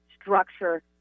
structure